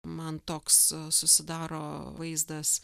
man toks susidaro vaizdas